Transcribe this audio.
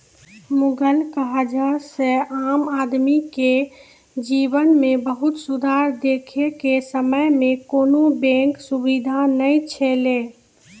मुगल काजह से आम आदमी के जिवन मे बहुत सुधार देखे के समय मे कोनो बेंक सुबिधा नै छैले